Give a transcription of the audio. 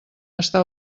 està